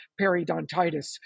periodontitis